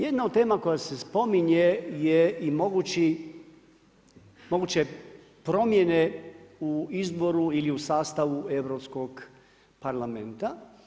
Jedna od tema koja se spominje je i moguće promjene u izboru ili u sastavu Europskog parlamenta.